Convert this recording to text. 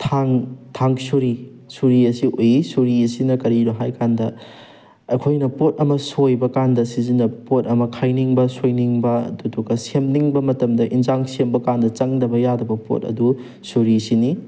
ꯊꯥꯡ ꯊꯥꯡ ꯁꯣꯔꯤ ꯁꯣꯔꯤ ꯑꯁꯤ ꯎꯏ ꯁꯣꯔꯤ ꯑꯁꯤꯅ ꯀꯔꯤꯅꯣ ꯍꯥꯏꯀꯥꯟꯗ ꯑꯩꯈꯣꯏꯅ ꯄꯣꯠ ꯑꯃ ꯁꯣꯏꯕꯀꯥꯟꯗ ꯁꯤꯖꯤꯟꯅꯕ ꯄꯣꯠ ꯑꯃ ꯈꯥꯏꯅꯤꯡꯕ ꯁꯣꯏꯅꯤꯡꯕ ꯑꯗꯨꯗꯨꯒ ꯁꯦꯝꯅꯤꯡꯕ ꯃꯇꯝꯗ ꯑꯦꯟꯁꯥꯡ ꯁꯦꯝꯕꯀꯥꯟꯗ ꯆꯪꯗꯕ ꯌꯥꯗꯕ ꯄꯣꯠ ꯑꯗꯨ ꯁꯣꯔꯤꯁꯤꯅꯤ